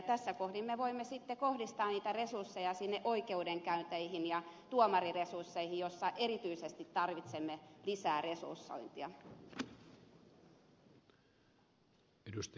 tässä kohdin me voimme sitten kohdistaa niitä resursseja sinne oikeudenkäynteihin ja tuomariresursseihin joissa erityisesti tarvitsemme lisää resursointia